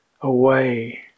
away